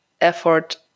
effort